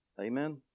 Amen